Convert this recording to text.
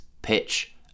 pitch